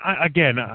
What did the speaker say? again